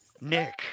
nick